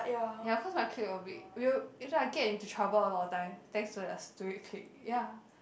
ya cause my clique will be we will usually I get into trouble a lot of time thanks to the stupid clique ya